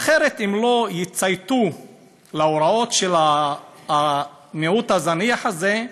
אחרת, אם לא יצייתו להוראות של המיעוט הזניח הזה,